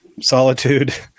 solitude